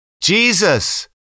Jesus